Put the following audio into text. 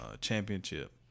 championship